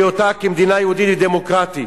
בהיותה כמדינה יהודית ודמוקרטית.